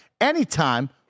anytime